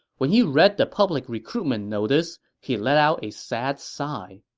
when he read the public recruitment notice, he let out a sad sigh.